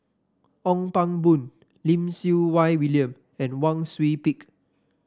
Ong Pang Boon Lim Siew Wai William and Wang Sui Pick